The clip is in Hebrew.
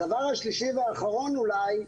הדבר השלישי והאחרון אולי,